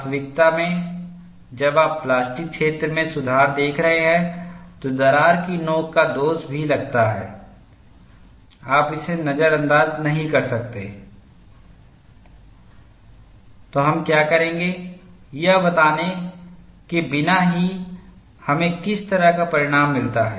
वास्तविकता में जब आप प्लास्टिक क्षेत्र में सुधार देख रहे हैं तो दरार की नोक का दोष भी लगता है आप इसे नजरअंदाज नहीं कर सकते तो हम क्या करेंगे यह बताने के बिना कि हमें किस तरह का परिणाम मिलता है